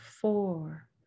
Four